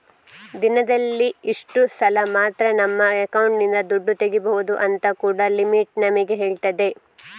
ದಿನದಲ್ಲಿ ಇಷ್ಟು ಸಲ ಮಾತ್ರ ನಮ್ಮ ಅಕೌಂಟಿನಿಂದ ದುಡ್ಡು ತೆಗೀಬಹುದು ಅಂತ ಕೂಡಾ ಲಿಮಿಟ್ ನಮಿಗೆ ಹೇಳ್ತದೆ